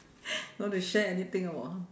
you want to share anything about